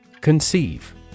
Conceive